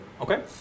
Okay